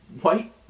white